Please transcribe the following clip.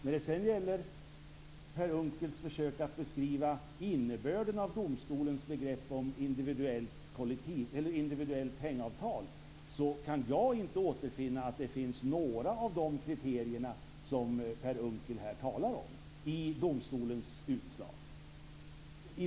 När det sedan gäller Per Unckels försök att beskriva innebörden av domstolens begrepp om individuellt hängavtal, kan jag inte återfinna några av de kriterier som Per Unckel här talar om i domstolens utslag.